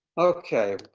okay.